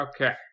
Okay